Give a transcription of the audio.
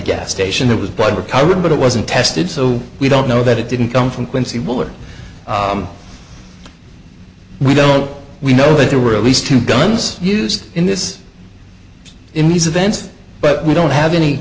gas station there was blood recovered but it wasn't tested so we don't know that it didn't come from quincy will that we don't know we know that there were at least two guns used in this in these events but we don't have any